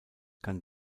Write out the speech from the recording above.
kann